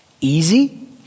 Easy